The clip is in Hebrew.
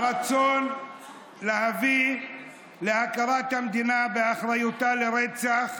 הרצון להביא להכרת המדינה באחריותה לרצח